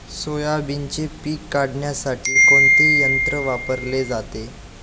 सोयाबीनचे पीक काढण्यासाठी कोणते यंत्र वापरले जाते?